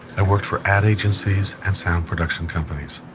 i worked for ad agencies and sound production companies.